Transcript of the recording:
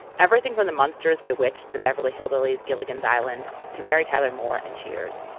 everything from the munsters, bewitched, the beverly hillbillies, gilligan's island to mary tyler moore and cheers.